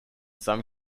some